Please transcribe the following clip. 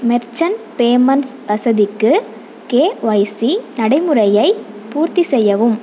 merchant payments வசதிக்கு KYC நடைமுறையை பூர்த்தி செய்யவும்